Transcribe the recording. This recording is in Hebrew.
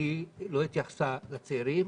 לא התייחסה לצעירים,